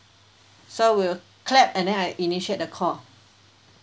so we will clap and then I initiate the call